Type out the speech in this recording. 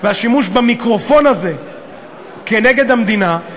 והשימוש במיקרופון הזה כנגד המדינה.